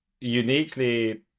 uniquely